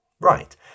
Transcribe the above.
Right